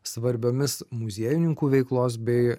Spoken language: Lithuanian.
svarbiomis muziejininkų veiklos bei